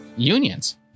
unions